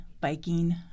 biking